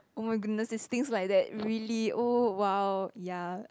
oh my goodness it's things like that really oh !wow! ya